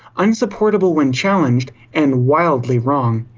unsupportable when challenged, and wildly wrong.